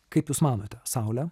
kaip jūs manote saule